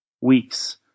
weeks